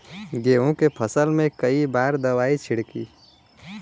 गेहूँ के फसल मे कई बार दवाई छिड़की?